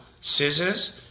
scissors